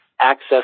access